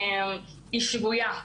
היא שגויה.